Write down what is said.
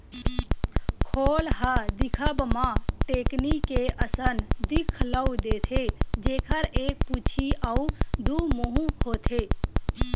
खोल ह दिखब म टेकनी के असन दिखउल देथे, जेखर एक पूछी अउ दू मुहूँ होथे